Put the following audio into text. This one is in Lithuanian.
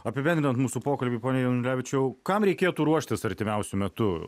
apibendrinant mūsų pokalbį pone janulevičiau kam reikėtų ruoštis artimiausiu metu